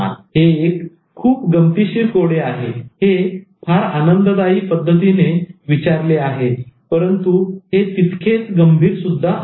हे एक खूप गमतीशीर कोडे आहे हे फार आनंददायक पद्धतीने विचारले आहे परंतु हे तितकेच गंभीर सुद्धा आहे